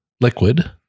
liquid